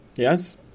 Yes